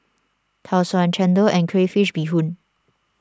Tau Suan Chendol and Crayfish BeeHoon